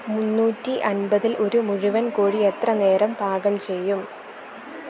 മുന്നൂറ്റിയൻപതിൽ ഒരു മുഴുവൻ കോഴി എത്രനേരം പാകം ചെയ്യും